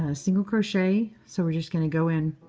ah single crochet. so we're just going to go in